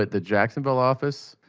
the jacksonville office?